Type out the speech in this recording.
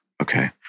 Okay